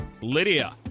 Lydia